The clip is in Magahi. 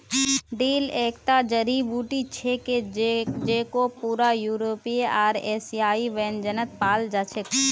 डिल एकता जड़ी बूटी छिके जेको पूरा यूरोपीय आर एशियाई व्यंजनत पाल जा छेक